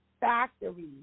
factory